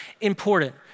important